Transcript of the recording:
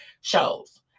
shows